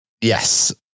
Yes